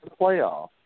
playoff